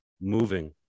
moving